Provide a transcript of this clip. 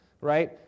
right